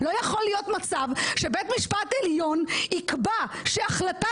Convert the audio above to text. לא יכול להיות מצב שבית משפט עליון יקבע שהחלטה